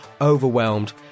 overwhelmed